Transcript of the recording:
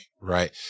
right